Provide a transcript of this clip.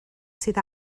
sydd